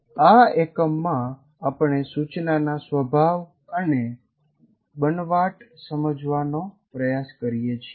આ એકમમાં આપણે સૂચનાના સ્વભાવ અને બનવાટ સમજવાનો પ્રયાસ કરીએ છીએ